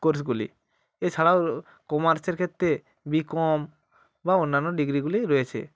কোর্সগুলি এছাড়াও কমার্সের ক্ষেত্রে বি কম বা অন্যান্য ডিগ্রিগুলি রয়েছে